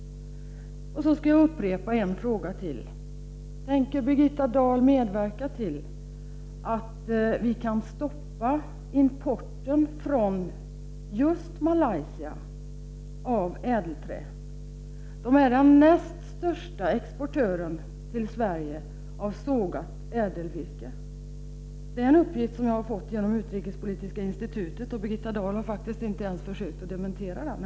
Jag vill upprepa ytterligare en fråga: Tänker Birgitta Dahl medverka till att vi kan stoppa importen av ädelträ från Malaysia? Det är den näst största exportören till Sverige av sågat ädelvirke. Det är en uppgift som jag har fått genom Utrikespolitiska Institutet. Birgitta Dahl har faktiskt inte ens försökt dementera den.